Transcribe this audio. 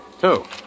two